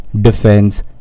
defence